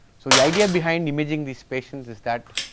so the idea behind imaging this patient is that